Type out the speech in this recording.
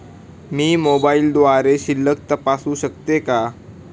मी मोबाइलद्वारे शिल्लक तपासू शकते का?